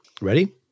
Ready